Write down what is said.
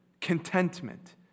contentment